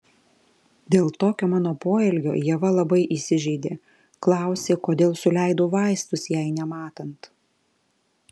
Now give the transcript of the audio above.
dėl tokio mano poelgio ieva labai įsižeidė klausė kodėl suleidau vaistus jai nematant